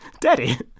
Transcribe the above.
Daddy